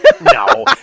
No